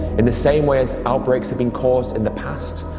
in the same way as outbreaks have been caused in the past,